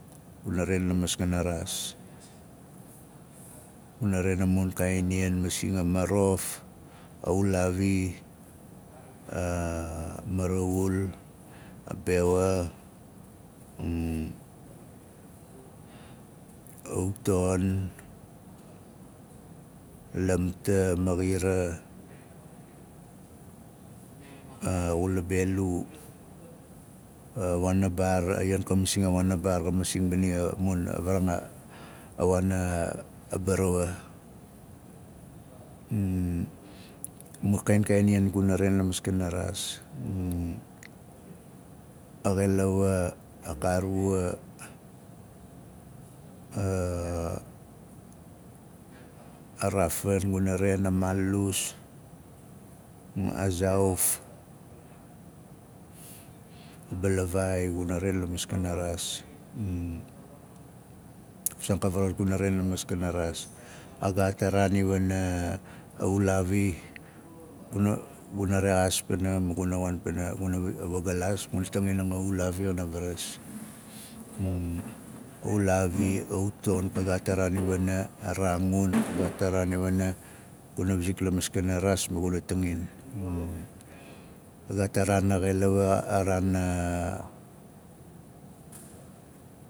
Guna ren la maskana raas guna ren a mun kaain ian masing a marof a ulauvi a- a maaxira a xula belu a waana baar a ian ka masing a waana baar ka masing bani a mun a varaanga a waan a barawa a mu kaain kaain ian guna ren la mas kana raa a xelawa a kavaruwa ka a- raafan guna ren a maalus a zaauf balavaai guna ren la maskana raas a mu saang ka varas guna ren la maskana raas. Ka gaat a raan i wana a ulauvi galaas guna tangin nanga a ulaavi xana varas a ulaavi a uton ka gaat a raan i wana a raangun ka gaat a raan i wana guna wizik la maskana raas ma guna tangin ka gaat a raan a xelawa a raan